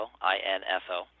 I-N-F-O